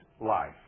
life